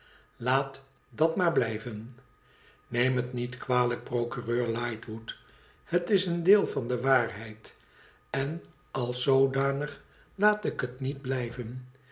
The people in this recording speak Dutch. laat dat maar blijven neem het niet kwalijk procureur lightwood het is een deel van de waarheid en als zoodanig laat ik het niet blijven